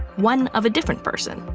one of a different person.